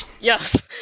Yes